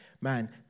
man